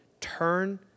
turn